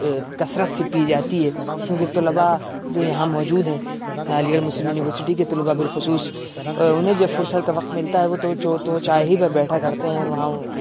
کثرت سے پی جاتی ہے کیونکہ طلباء جو یہاں موجود ہیں علی گڑھ مسلم یونیورسٹی کے طلباء بالخصوص انہیں جب فرصت وقت ملتا ہے وہ تو وہ چائے ہی پر بیٹھا کرتے ہیں اور وہاں